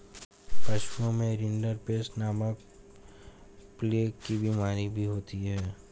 पशुओं में रिंडरपेस्ट नामक प्लेग की बिमारी भी होती है